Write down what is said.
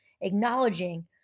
acknowledging